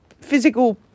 physical